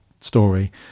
story